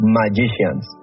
magicians